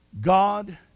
God